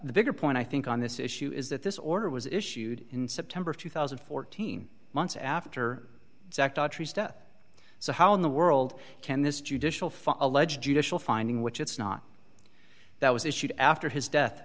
the bigger point i think on this issue is that this order was issued in september of two thousand and fourteen months after so how in the world can this judicial fiat alleged judicial finding which it's not that was issued after his death